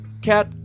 cat